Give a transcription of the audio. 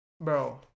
bro